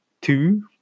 two